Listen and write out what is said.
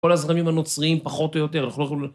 כל הזרמים הנוצריים, פחות או יותר. אנחנו לא יכולים